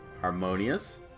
harmonious